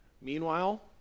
Meanwhile